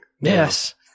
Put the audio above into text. Yes